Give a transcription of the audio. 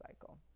cycle